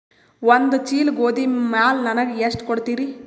ಒಂದ ಚೀಲ ಗೋಧಿ ಮ್ಯಾಲ ನನಗ ಎಷ್ಟ ಕೊಡತೀರಿ?